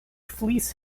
fleece